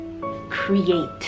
create